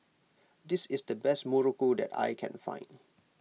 this is the best Muruku that I can find